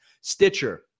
stitcher